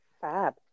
Fab